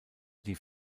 die